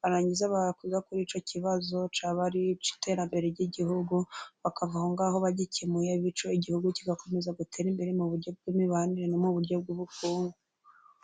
barangiza bakwiga kuri icyo kibazo cyaba ari icy'iterambere ry'igihugu bakava aho ngaho bagikemuye bityo igihugu kigakomeza gutera imbere mu buryo bw'imibanire no mu buryo bw'ubukungu.